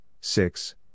six